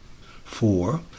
Four